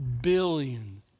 billion